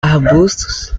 arbustos